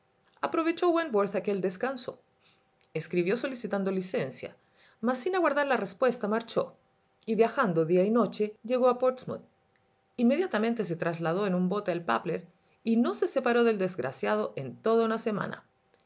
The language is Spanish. aprovechó wentworth aquel descanso escribió solicitando licencia mas sin aguardar la respuesta marchó y viajando día y noche llegó a portsmouth inmediatamente se trasladó en un bote al papler y no se separó del desgraciado en toda una semana